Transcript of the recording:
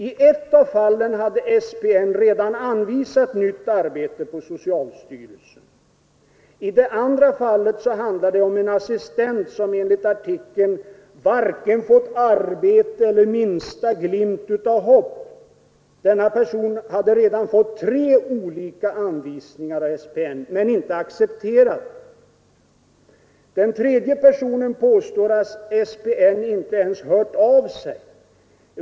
I ett av fallen hade SPN redan anvisat nytt arbete på socialstyrelsen. I ett annat av fallen handlar det om en assistent som enligt artikeln ”varken fått arbete eller minsta glimt av hopp”. Denna person hade redan fått tre olika anvisningar av SPN men inte accepterat. Den tredje personen påstår att SPN inte ens låtit höra av sig.